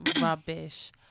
rubbish